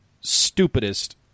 stupidest